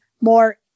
more